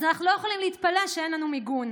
אז אנחנו לא יכולים להתפלא שאין לנו מיגון.